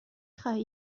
خواهی